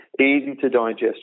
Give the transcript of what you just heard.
easy-to-digest